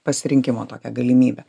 pasirinkimo tokią galimybę